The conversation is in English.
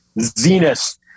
Zenith